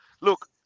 look